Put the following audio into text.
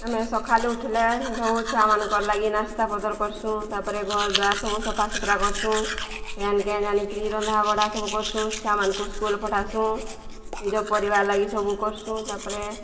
ଆମେ ସଖାଳୁ ଉଠିଲେ ସବୁ ଛୁଆମାନଙ୍କର ଲାଗି ନାସ୍ତା ପତର କରସୁଁ ତାପରେ ଘରଦୁଆର ସବୁ ସଫା ସୁତୁରା କରସୁଁ ଫ୍ୟାନ୍ କେନ୍ ଜାନିକିରି ରନ୍ଧା ବଢ଼ା ସବୁ କରସୁଁ ଛୁଆମାନଙ୍କୁ ସ୍କୁଲ ପଠାସୁଁ ନିଜ ପରିବାର ଲାଗି ସବୁ କରସୁଁ ତାପରେ